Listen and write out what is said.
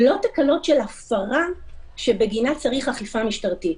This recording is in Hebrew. לא תקלות של הפרה שבגינן צריך אכיפה משטרתית.